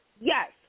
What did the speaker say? Yes